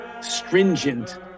stringent